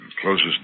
Closest